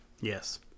Yes